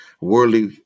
worldly